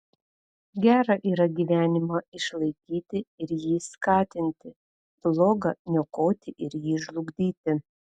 gera yra gyvenimą išlaikyti ir jį skatinti bloga niokoti ir jį žlugdyti